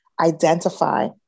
identify